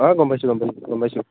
অ গম পাইছোঁ গম পাইছোঁ গম পাইছোঁ